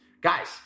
guys